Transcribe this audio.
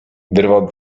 wyrwał